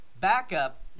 backup